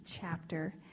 chapter